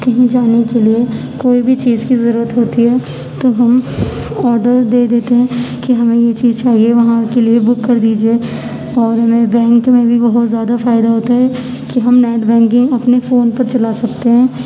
کہیں جانے کے لیے کوئی بھی چیز کی ضرورت ہوتی ہے تو ہم آڈر دے دیتے ہیں کہ ہمیں یہ چیز چاہیے وہاں کے لیے بک کر دیجیے اور ہمیں بینک میں بھی بہت زیادہ فائدہ ہوتا ہے کہ ہم نیٹ بینکنگ اپنے فون پر چلا سکتے ہیں